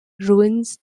ruins